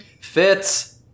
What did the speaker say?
Fits